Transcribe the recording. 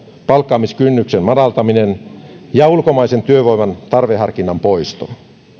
palkkaamiskynnyksen madaltaminen ja ulkomaisen työvoiman tarveharkinnan poisto